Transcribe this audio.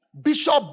Bishop